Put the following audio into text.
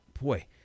boy